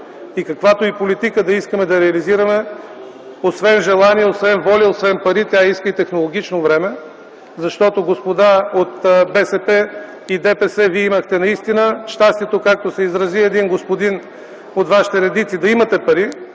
Каквато и политика да искаме да реализираме, освен желание, освен воля, освен пари, тя иска и технологично време, защото, господа от БСП и ДПС, вие имахте наистина щастието, както се изрази един господин от вашите редици, да имате пари,